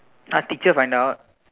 ah teacher find out